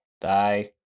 die